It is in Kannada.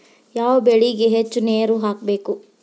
ಯಾವ ಬೆಳಿಗೆ ಹೆಚ್ಚು ನೇರು ಬೇಕು?